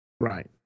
Right